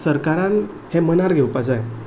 सरकारान हें मनार घेवपाक जाय